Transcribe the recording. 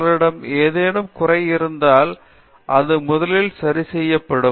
நிர்மலா அவர்களிடம் ஏதேனும் குறை இருந்தால் அது முதலில் சரி செய்யப்படும்